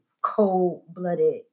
cold-blooded